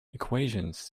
equations